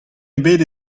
ebet